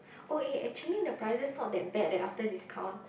oh eh actually the prices not that bad leh after discount